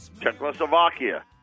Czechoslovakia